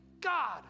God